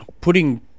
Putting